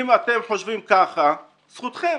אם אתם חושבים ככה, זכותכם.